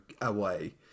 away